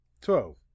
Twelve